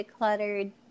decluttered